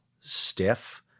stiff